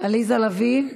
עליזה לביא?